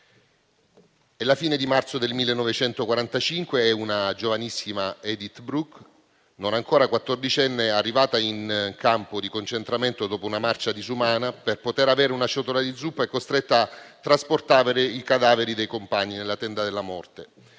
È la fine di marzo del 1945 e una giovanissima Edith Bruck non ancora quattordicenne, arrivata in campo di concentramento dopo una marcia disumana, per poter avere una ciotola di zuppa è costretta a trasportare i cadaveri dei compagni nella tenda della morte